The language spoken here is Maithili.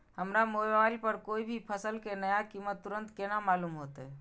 हमरा मोबाइल पर कोई भी फसल के नया कीमत तुरंत केना मालूम होते?